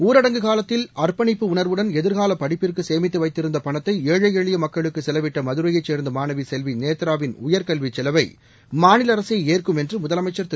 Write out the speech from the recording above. ஊரடங்கு காலத்தில் அர்ப்பணிப்பு உணர்வுடன் எதிர்கால படிப்பிற்கு சேமித்து வைத்திருந்த பணத்தை ஏழை எளிய மக்களுக்கு செலவிட்ட மதுரையை சேர்ந்த மாணவி செல்வி நேத்ராவின் உயர்க்கல்வி செலவை மாநில அரசே ஏற்கும் என்று முதலமைச்ச் திரு